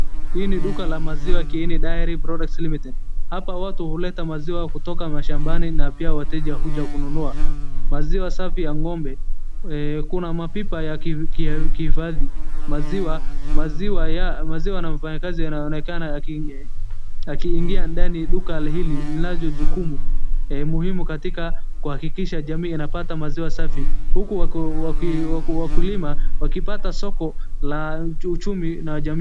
Hii ni duka la maziwa kieni diary products limited hapa watu huleta maziwa kutoka mashambani na pia wateja huja kununua maziwa safi ya ng'ombe kuna mapipa ya kuhifadhi maziwa .Maziwa na mfanyakazi anaonekana akingia ndani duka hili jukumu muhimu katika kuhakikisha jamii inapata maziwa safi huku wakulima wakipata soko la uchumi na jamii.